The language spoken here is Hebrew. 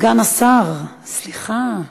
סגן השר, סליחה,